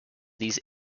these